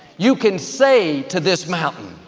you can say to this mountain,